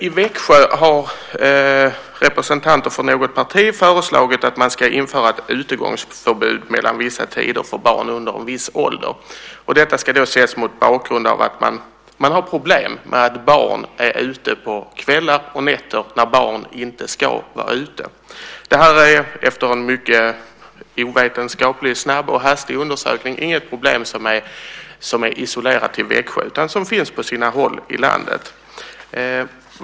I Växjö har representanter för något parti föreslagit att ett utegångsförbud ska införas mellan vissa tider för barn under en viss ålder. Detta ska ses mot bakgrund av att man har problem med att barn är ute på kvällar och nätter när barn inte ska vara ute. Det här är, efter en ovetenskaplig, snabb och hastig undersökning, inget problem isolerat till Växjö utan något som finns på sina håll i landet.